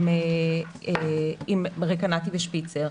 רקנטי ושפיצר.